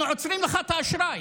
אנחנו עוצרים לך את האשראי.